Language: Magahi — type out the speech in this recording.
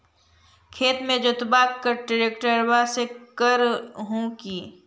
खेत के जोतबा ट्रकटर्बे से कर हू की?